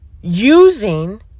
using